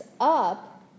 up